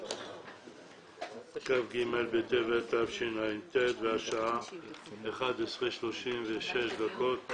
2018, כ"ג בטבת התשע"ט, השעה 11:36 דקות.